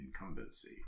incumbency